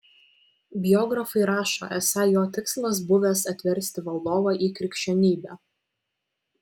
biografai rašo esą jo tikslas buvęs atversti valdovą į krikščionybę